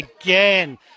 again